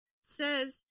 Says